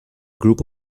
group